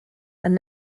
and